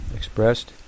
expressed